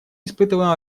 испытываем